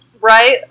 Right